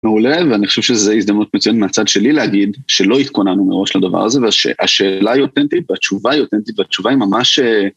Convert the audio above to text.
מעולה ואני חושב שזה הזדמנות מצויינת מהצד שלי להגיד שלא התכוננו מראש לדבר הזה והשאלה היא אותנטית והתשובה היא אותנטית והתשובה היא ממש אהה..